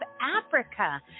Africa